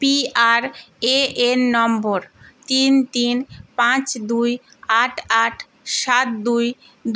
P R A N number তিন তিন পাঁচ দুই আট আট সাত দুই